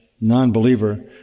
non-believer